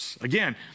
Again